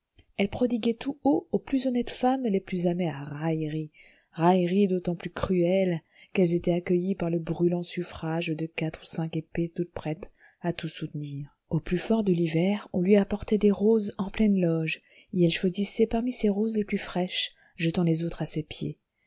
elle prodiguait tout haut aux plus honnêtes femmes les plus amères railleries railleries d'autant plus cruelles qu'elles étaient accueillies par le brûlant suffrage de quatre ou cinq épées toutes prêtes à tout soutenir au plus fort de l'hiver on lui apportait des roses en pleine loge et elle choisissait parmi ces roses les plus fraîches jetant les autres à ses pieds